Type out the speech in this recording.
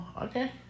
okay